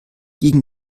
gegen